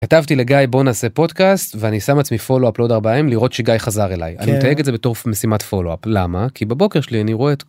כתבתי לגיא בוא נעשה פודקאסט ואני שם עצמי פולו-אפ לעוד ארבעה ימים לראות שגיא חזר אליי אני מתייג את זה בתוך משימת פולו-אפ. למה? כי בבוקר שלי אני רואה את.